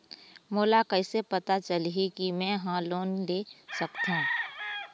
मोला कइसे पता चलही कि मैं ह लोन ले सकथों?